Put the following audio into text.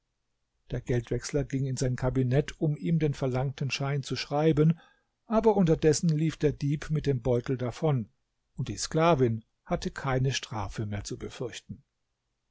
der geldwechsler ging in sein kabinett um ihm den verlangten schein zu schreiben aber unterdessen lief der dieb mit dem beutel davon und die sklavin hatte keine strafe mehr zu befürchten